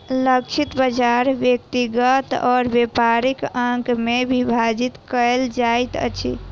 लक्षित बाजार व्यक्तिगत और व्यापारिक अंग में विभाजित कयल जाइत अछि